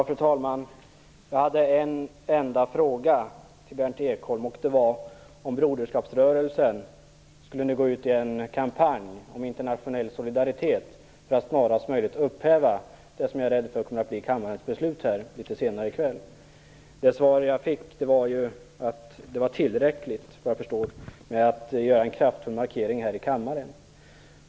Fru talman! Jag hade en enda fråga till Berndt Ekholm, nämligen om Broderskapsrörelsen nu skall gå ut i en kampanj för internationell solidaritet för att snarast möjligt upphäva det som jag fruktar kommer att bli kammarens beslut litet senare i kväll. Det svar jag fick var att det såvitt jag förstår var tillräckligt att göra en kraftig markering här i kammaren.